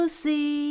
see